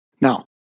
Now